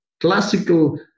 classical